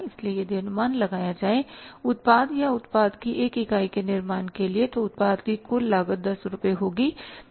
इसलिए यदि अनुमान लगाया जाए उत्पाद या उत्पाद की 1 इकाई के निर्माण के लिए तो उत्पादन की कुल लागत 10 रुपये होगी